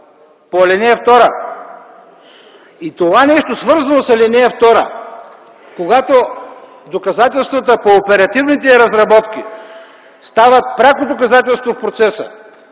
правете това! Това нещо, свързано с ал. 2, когато доказателствата по оперативните разработки стават пряко доказателство в процеса,